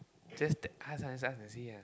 just that ask ah just ask and see ah